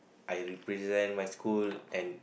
I represent my school and